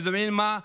אתם יודעים מה?